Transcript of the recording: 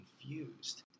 confused